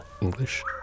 English